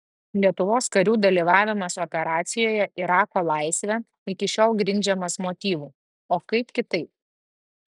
lietuvos karių dalyvavimas operacijoje irako laisvė iki šiol grindžiamas motyvu o kaip kitaip